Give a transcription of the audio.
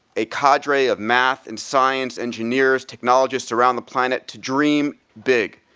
a cadre of math and science engineers, technologists around the planet to dream big.